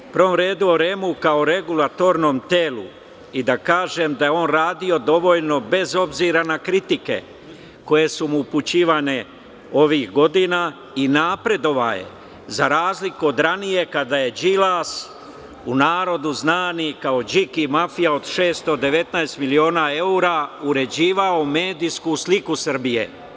U prvom redu o REM-u, kao regulatornom telu i da kažem da je on radio dovoljno bez obzira na kritike koje su mu upućivane ovih godina i napredovao je za razliku od ranije kada je Đilas, u narodu znani kao Điki mafija, od 619 miliona evra uređivao medijsku sliku Srbije.